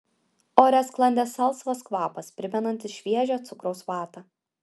ore sklandė salsvas kvapas primenantis šviežią cukraus vatą